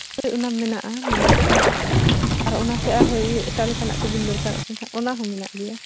ᱦᱳᱭ ᱚᱱᱟ ᱢᱮᱱᱟᱜᱼᱟ ᱱᱚᱸᱰᱮ ᱟᱨ ᱚᱱᱟ ᱠᱷᱚᱱ ᱟᱨᱦᱚᱸ ᱤᱭᱟᱹ ᱮᱴᱟᱜ ᱞᱮᱠᱟᱱᱟᱜ ᱠᱚᱵᱤᱱ ᱫᱚᱨᱠᱟᱨᱚᱜ ᱠᱟᱱ ᱠᱷᱟᱡ ᱚᱱᱟ ᱦᱚᱸ ᱢᱮᱱᱟᱜ ᱜᱮᱭᱟ